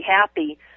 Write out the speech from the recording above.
happy